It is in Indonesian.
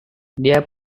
dia